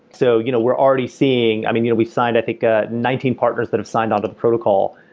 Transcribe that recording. so you know we're already seeing i mean, you know we signed i think ah nineteen partners that have signed on to the protocol,